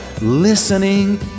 listening